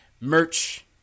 Merch